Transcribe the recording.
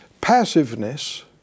passiveness